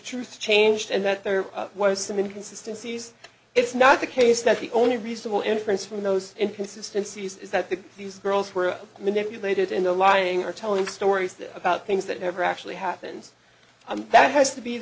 truth changed and that there was some inconsistency s it's not the case that the only reasonable inference from those inconsistency is that the these girls were manipulated into lying or telling stories about things that never actually happens i'm that has to be